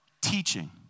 teaching